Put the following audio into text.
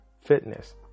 fitness